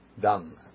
done